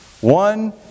One